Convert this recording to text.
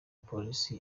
police